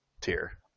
tier